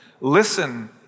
listen